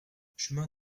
chemin